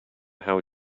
how